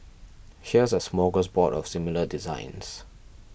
here's a smorgasbord of similar designs